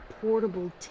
portable